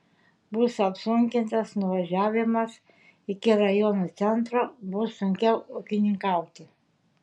bus apsunkintas nuvažiavimas iki rajono centro bus sunkiau ūkininkauti